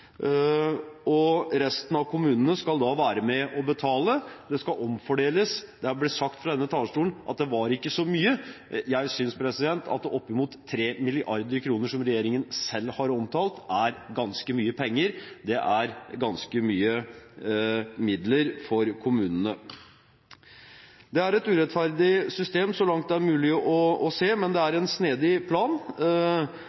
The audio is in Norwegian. og resten av kommunene skal da være med og betale. Det skal omfordeles. Det er blitt sagt fra denne talerstolen at det var ikke så mye. Jeg synes at oppimot 3 mrd. kr som regjeringen selv har omtalt, er ganske mye penger. Det er ganske mye midler for kommunene. Det er et urettferdig system så langt det er mulig å se, men det er en snedig plan